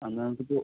എന്നാൽ നമുക്കിപ്പൊൾ